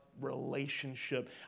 relationship